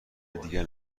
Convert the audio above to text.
دیگر